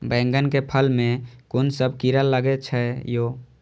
बैंगन के फल में कुन सब कीरा लगै छै यो?